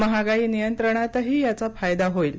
महागाई नियंत्रणातही याचा फायदा होईल